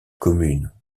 commune